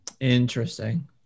Interesting